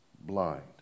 blind